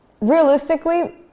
realistically